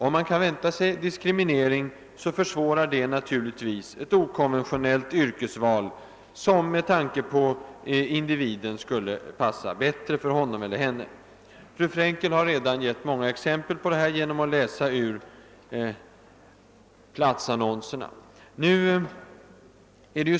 Om man kan vänta sig diskriminering, försvårar det naturligtvis ett okonventionellt yrkesval som kanske skulle passa bättre för individen i fråga.